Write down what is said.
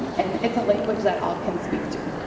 and its language that all can speak to.